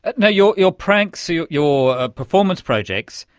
and your your pranks, your your ah performance projects,